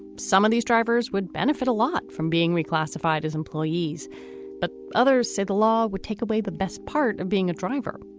some of these drivers would benefit a lot from being reclassified as employees but others said the law would take away the best part of being a driver.